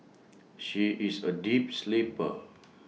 she is A deep sleeper